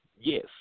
yes